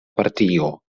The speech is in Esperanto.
partio